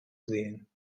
sehen